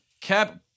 Cap